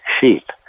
sheep